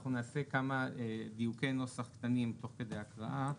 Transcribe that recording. אנחנו נעשה כמה דיוקי נוסח קטנים תוך כדי הקראה.